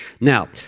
Now